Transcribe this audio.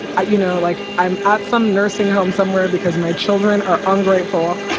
you know, like i'm at some nursing home somewhere because my children are ungrateful